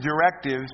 directives